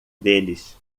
deles